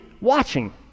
watching